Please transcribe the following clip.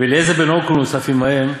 ואליעזר בן הרקנוס אף עמהם,